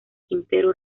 quintero